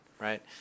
right